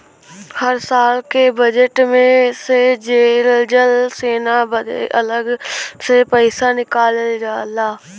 हर साल के बजेट मे से जल सेना बदे अलग से पइसा निकालल जाला